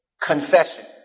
confession